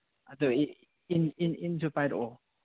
ꯑꯗꯣ ꯏꯟ ꯏꯟ ꯏꯟꯁꯨ ꯄꯥꯏꯔꯛꯑꯣ